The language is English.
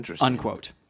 unquote